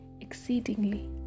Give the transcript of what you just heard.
exceedingly